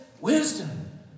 wisdom